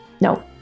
no